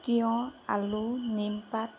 তিয়ঁহ আলু নিমপাত